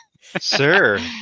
Sir